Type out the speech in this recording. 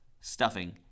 stuffing